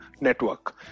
network